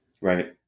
right